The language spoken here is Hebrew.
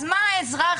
ברור שהאזרח